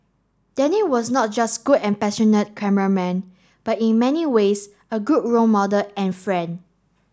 Danny was not just good and passionate cameraman but in many ways a good role model and friend